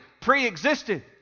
pre-existed